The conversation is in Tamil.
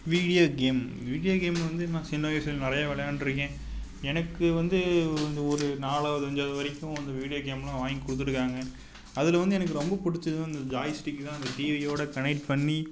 வீடியோ கேம் வீடியோ கேம் வந்து நான் சின்ன வயதில் நிறைய விளையாண்டுருக்கேன் எனக்கு வந்து அந்த ஒரு நாலாவது அஞ்சாவது வரைக்கும் அந்த வீடியோ கேம்லாம் வாங்கி கொடுத்துருக்காங்க அதில் வந்து எனக்கு ரொம்ப பிடிச்சது வந்து இந்த ஜாய்ஸ்டிக் தான் அந்த டிவியோடு கனெக்ட் பண்ணி